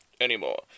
anymore